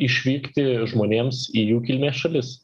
išvykti žmonėms į jų kilmės šalis